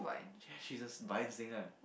ya she's a vine singer